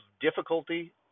difficulty